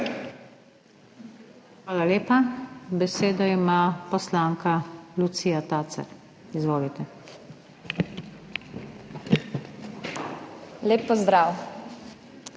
Hvala lepa. Besedo ima poslanka Lucija Tacer. Izvolite. LUCIJA